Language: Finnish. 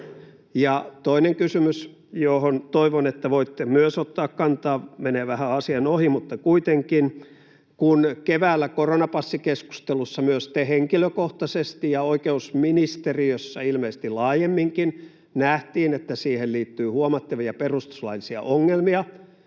Toinen kysymys, johon toivon, että voitte myös ottaa kantaa, menee vähän asian ohi, mutta kuitenkin. Kun keväällä koronapassikeskustelussa myös te henkilökohtaisesti ja oikeusministeriössä ilmeisesti laajemminkin nähtiin, että siihen liittyy huomattavia perustuslaillisia ongelmia